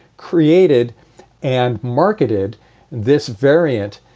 created and marketed this variant.